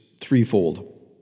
threefold